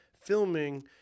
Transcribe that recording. filming